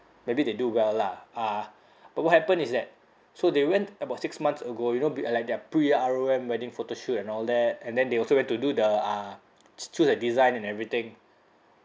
maybe they do well lah uh but what happened is that so they went about six months ago you know be uh like their pre R_O_M wedding photoshoot and all that and then they also went to do the uh ch~ choose the design and everything